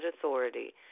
authority